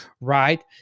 right